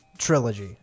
trilogy